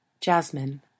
Jasmine